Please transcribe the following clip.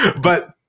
but-